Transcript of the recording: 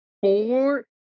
Four